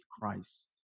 Christ